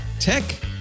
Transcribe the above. Tech